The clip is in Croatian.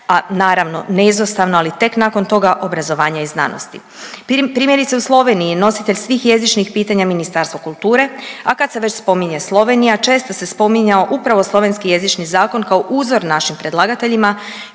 a naravno neizostavno, ali tek nakon toga obrazovanja i znanosti. Primjerice u Sloveniji je nositelj svih jezičnih pitanja Ministarstvo kulture, a kad se već spominje Slovenija često se spominjao upravo slovenski jezični zakon kao uzor našim predlagateljima.